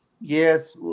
yes